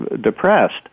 depressed